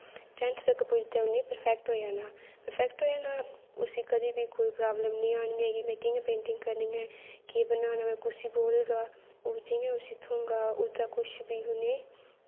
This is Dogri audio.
टैंथ तक्कर पुज्जदे उन्न प्रफैक्ट होई जाना प्रफैक्ट होई गेआ ते उस्सी कदें बी कोई प्राबल्म निं औंनी ऐ कि में कि'यां पेंटिंग करनी ऐं केह् बनाना ऐ कुसी बोलगा ओह्दा कुछ बी उ'नें गी